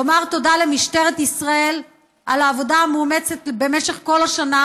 לומר תודה למשטרת ישראל על העבודה המאומצת במשך כל השנה,